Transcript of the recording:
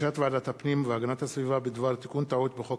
החלטת ועדת הפנים והגנת הסביבה בדבר תיקון טעות בחוק